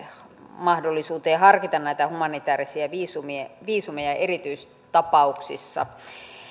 mahdollisuuteen harkita näitä humanitäärisiä viisumeja erityistapauksissa